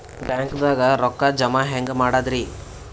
ಬ್ಯಾಂಕ್ದಾಗ ರೊಕ್ಕ ಜಮ ಹೆಂಗ್ ಮಾಡದ್ರಿ?